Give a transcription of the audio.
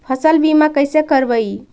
फसल बीमा कैसे करबइ?